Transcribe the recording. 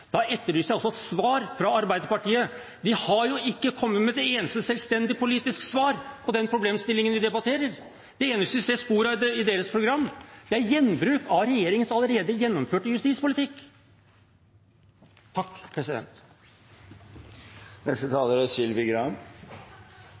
også svar fra Arbeiderpartiet. De har ikke kommet med et eneste selvstendig politisk svar på den problemstillingen vi debatterer. Det eneste vi ser spor av i deres program, er gjenbruk av regjeringens allerede gjennomførte justispolitikk.